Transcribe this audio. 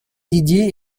didier